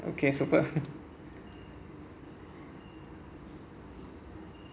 okay super